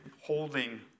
holding